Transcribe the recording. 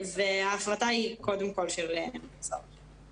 ההחלטה היא קודם כל של משרד החינוך.